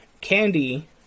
candy